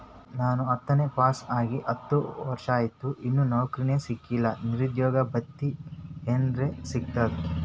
ನಾ ಹತ್ತನೇ ಪಾಸ್ ಆಗಿ ಹತ್ತ ವರ್ಸಾತು, ಇನ್ನಾ ನೌಕ್ರಿನೆ ಸಿಕಿಲ್ಲ, ನಿರುದ್ಯೋಗ ಭತ್ತಿ ಎನೆರೆ ಸಿಗ್ತದಾ?